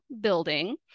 building